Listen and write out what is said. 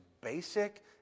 basic